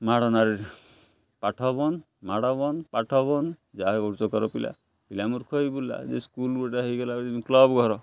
ମାଡ଼ ନାଁରେ ପାଠ ବନ୍ଦ ମାଡ଼ ବନ୍ଦ ପାଠ ବନ୍ଦ ଯାହା କରୁଛ କର ପିଲା ପିଲା ମୂର୍ଖ ହେଇକି ବୁଲିଲା ଯେ ସ୍କୁଲ ଗୋଟେ ହେଇଗଲା କ୍ଲବ ଘର